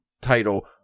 title